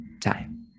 time